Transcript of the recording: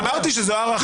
אמרתי שזאת הערכתי.